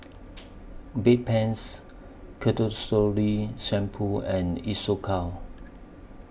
Bedpans Shampoo and Isocal